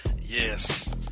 Yes